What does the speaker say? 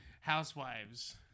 Housewives